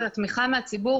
תמיכה מהציבור,